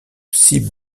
six